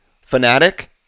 fanatic